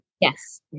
Yes